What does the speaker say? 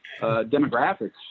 demographics